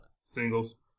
Singles